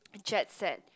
jet set